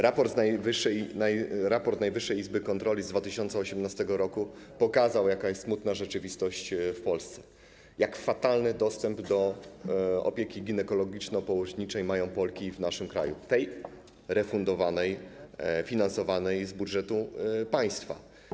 Raport Najwyższej Izby Kontroli z 2018 r. pokazał, jaka jest smutna rzeczywistość w Polsce, jak fatalny dostęp do opieki ginekologiczno-położniczej mają Polki w naszym kraju - tej refundowanej, finansowanej z budżetu państwa.